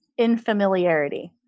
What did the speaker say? infamiliarity